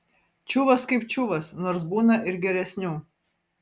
čiuvas kaip čiuvas nors būna ir geresnių